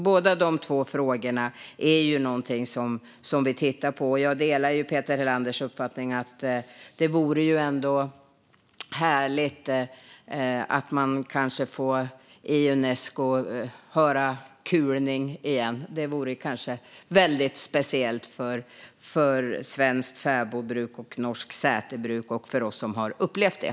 Båda dessa frågor tittar vi på, och jag delar Peter Helanders uppfattning att det vore härligt att höra kulning i Unesco igen. Det vore väldigt speciellt för svenskt fäbodbruk, för norskt säterbruk och för oss som har upplevt det.